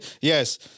Yes